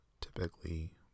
typically